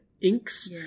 inks